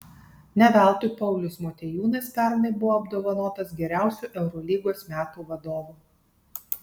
ne veltui paulius motiejūnas pernai buvo apdovanotas geriausiu eurolygos metų vadovu